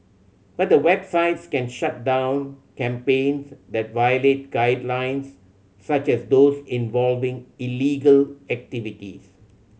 but the websites can shut down campaigns that violate guidelines such as those involving illegal activities